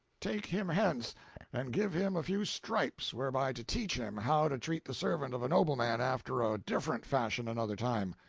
take him hence and give him a few stripes whereby to teach him how to treat the servant of a nobleman after a different fashion another time.